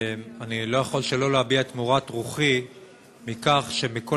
אני לא יכול שלא להביע את מורת רוחי מכך שמכל